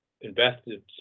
invested